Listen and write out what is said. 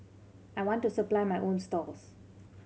I want to supply my own stalls